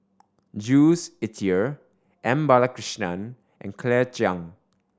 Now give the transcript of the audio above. Jules Itier M Balakrishnan and Claire Chiang